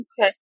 Okay